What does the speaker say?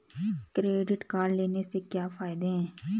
Credit card लेने के क्या फायदे हैं?